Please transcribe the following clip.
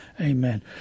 amen